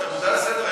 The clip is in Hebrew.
אתה מודע לסדר-היום?